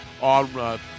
on